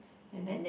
and then